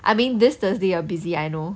I mean this thursday you're busy I know